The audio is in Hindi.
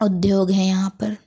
उद्योग हैं यहाँ पर